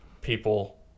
people